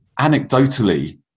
anecdotally